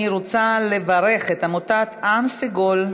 אני רוצה לברך את עמותת עם סגול,